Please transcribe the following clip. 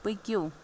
پٔکِو